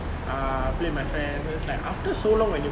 err I play with my friend it was like after so long when you